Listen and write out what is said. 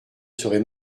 serai